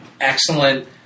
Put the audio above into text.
excellent